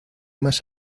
más